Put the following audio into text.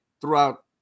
throughout